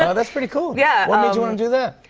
and that's pretty cool. yeah. what made you want to do that?